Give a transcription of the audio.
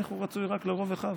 איך הוא רצוי רק לרוב אחיו?